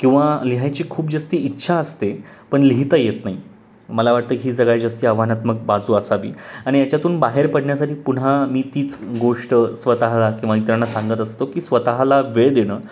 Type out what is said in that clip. किंवा लिहायची खूप जास्त इच्छा असते पण लिहिता येत नाही मला वाटतं ही सगळ्यात जास्त आव्हानात्मक बाजू असावी आणि याच्यातून बाहेर पडण्यासाठी पुन्हा मी तीच गोष्ट स्वतःला किंवा इतरांना सांगत असतो की स्वतःला वेळ देणं